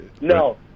No